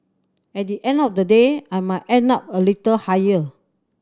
at the end of the day I might end up a little higher